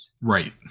Right